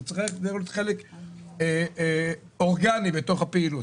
זה צריך להיות חלק אורגני בתוך הפעילות.